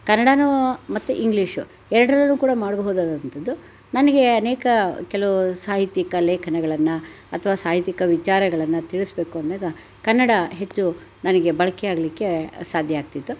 ಕನ್ನಡನೂ ಮತ್ತು ಇಂಗ್ಲೀಷು ಎರಡರಲ್ಲೂ ಕೂಡ ಮಾಡಬಹುದಾದಂಥದ್ದು ನನಗೆ ಅನೇಕ ಕೆಲವು ಸಾಹಿತ್ಯಿಕ ಲೇಖನಗಳನ್ನು ಅಥವಾ ಸಾಹಿತ್ಯಿಕ ವಿಚಾರಗಳನ್ನು ತಿಳಿಸ್ಬೇಕು ಅಂದಾಗ ಕನ್ನಡ ಹೆಚ್ಚು ನನಗೆ ಬಳಕೆಯಾಗ್ಲಿಕ್ಕೆ ಸಾಧ್ಯ ಆಗ್ತಿತ್ತು